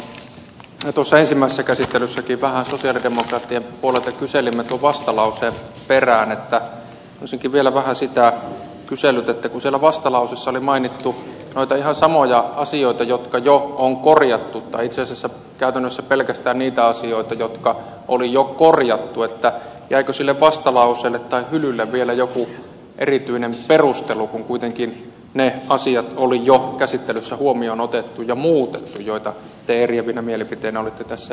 vahasalon tapaan kun tuossa ensimmäisessä käsittelyssäkin vähän sosialidemokraattien puolelta kyselimme tuon vastalauseen perään olisinkin vielä vähän sitä kysellyt kun siellä vastalauseessa oli mainittu noita ihan samoja asioita jotka jo on korjattu tai itse asiassa käytännössä pelkästään niitä asioita jotka oli jo korjattu jäikö sille vastalauseelle tai hylylle vielä joku erityinen perustelu kun kuitenkin ne asiat oli jo käsittelyssä huomioon otettu ja muutettu joita te eriävinä mielipiteinä olette tässä esittäneet